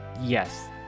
Yes